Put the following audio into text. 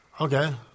Okay